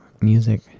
music